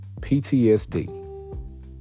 PTSD